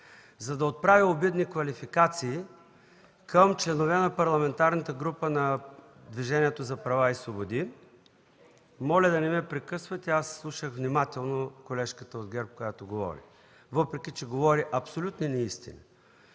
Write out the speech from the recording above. за да отправят обидни квалификации към членове на Парламентарната група на Движението за права и свободи. (Реплики от ГЕРБ.) Моля да не ме прекъсвате, аз слушах внимателно колежката от ГЕРБ, която говори, въпреки че говори абсолютно неистини.